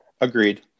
Agreed